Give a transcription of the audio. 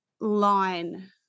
line